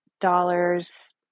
dollars